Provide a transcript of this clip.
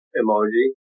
emoji